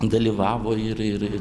dalyvavo ir ir